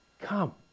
come